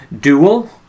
Dual